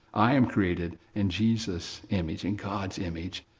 i am created, in jesus' image, in god's image,